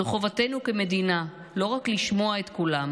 זו חובתנו כמדינה לא רק לשמוע את קולם